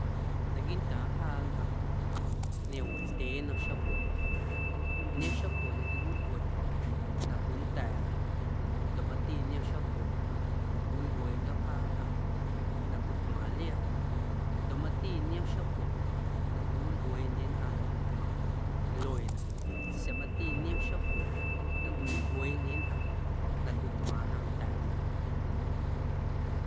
Naquiiꞌntaaⁿ jaa nnꞌaⁿ niom wendyee nnom xapo niom xapo na quiwilꞌue na cwinda̱a̱ꞌa ndoꞌ mati niom xapo na cwiwilꞌueeꞌndyo̱ jaa nnꞌaⁿ na cwitmaaⁿ liaa ndoꞌ mati niom xapo na cwiwilꞌueeꞌndye nnꞌaⁿ na cwitmaⁿ lueena sa̱a̱ mati xapo na cwiwilꞌueeꞌndye nnꞌaⁿ na cwitmaaⁿna nda̱a̱na.